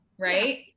Right